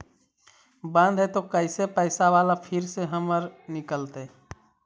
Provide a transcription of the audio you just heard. बन्द हैं त कैसे पैसा बाला फिर से हमर निकलतय?